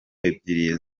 ebyiri